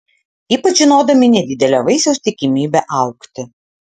ypač žinodami nedidelę vaisiaus tikimybę augti